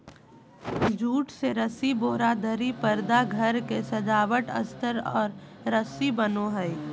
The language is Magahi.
जूट से रस्सी से बोरा, दरी, परदा घर के सजावट अस्तर और रस्सी बनो हइ